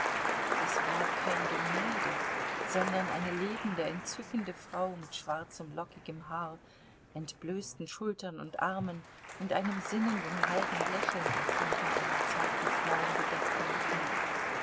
das war kein gemälde sondern eine lebende entzückende frau mit schwarzem lockigem haar entblößten schultern und armen und einem sinnenden halben lächeln auf den von einem zarten flaum bedeckten lippen